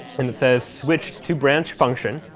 and it says, switched to branch function.